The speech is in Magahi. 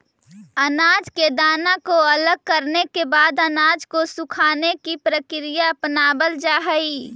अनाज के दाना को अलग करने के बाद अनाज को सुखाने की प्रक्रिया अपनावल जा हई